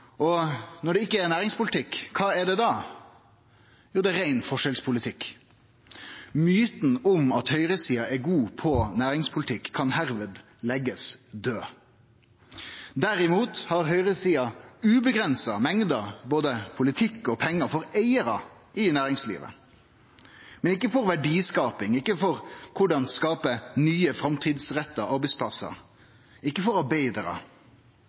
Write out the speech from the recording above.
Og når det ikkje er næringspolitikk, kva er det da? Jo, det er rein forskjellspolitikk. Myten om at høgresida er god på næringspolitikk, kan hermed leggjast død. Derimot har høgresida uavgrensa mengder både politikk og pengar for eigarar i næringslivet, men ikkje for verdiskaping, ikkje for korleis skape nye framtidsretta arbeidsplassar, ikkje for